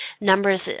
numbers